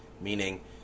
meaning